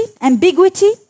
ambiguity